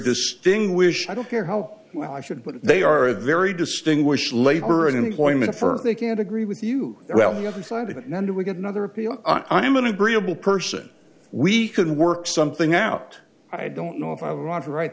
distinguished i don't care how well i should but they are a very distinguished labor and employment firm they can't agree with you well the other side of it now do we get another appeal i'm an agreeable person we can work something out i don't know if i want to write